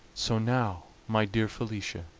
so now, my dear felicia,